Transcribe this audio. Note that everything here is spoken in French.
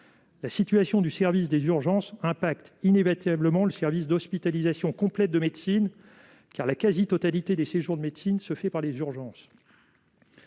La situation du service des urgences a inévitablement des conséquences sur le service d'hospitalisation complète de médecine, car la quasi-totalité des séjours de médecine se fait par les urgences.